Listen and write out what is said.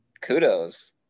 Kudos